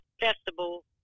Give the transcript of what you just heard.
Festival